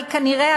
אבל כנראה,